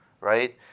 Right